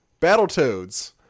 Battletoads